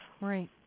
Right